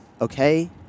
okay